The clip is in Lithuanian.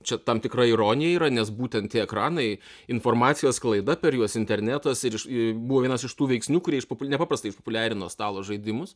čia tam tikra ironija yra nes būtent tie ekranai informacijos sklaida per juos internetas ir iš buvo vienas iš tų veiksnių kurie iš nepaprastai išpopuliarino stalo žaidimus